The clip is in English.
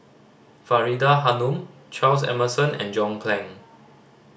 Faridah Hanum Charles Emmerson and John Clang